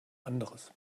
anderes